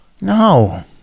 No